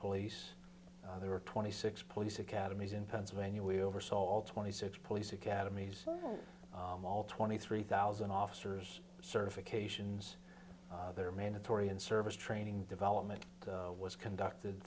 police there were twenty six police academies in pennsylvania we oversaw all twenty six police academies all twenty three thousand officers certifications there are mandatory in service training development was conducted